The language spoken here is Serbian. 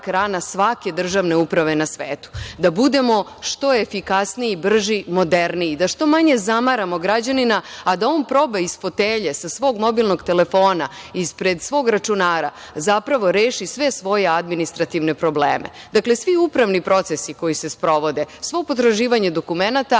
rana svake državne uprave na svetu, da budemo što efikasniji, brži, moderniji, da što manje zamaramo građanina, a da on proba iz fotelje sa svog mobilnog telefona, ispred svog računara, zapravo reši sve svoje administrativne probleme. Dakle, svi upravni procesi koji se sprovode, sva potraživanja dokumenata